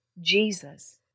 Jesus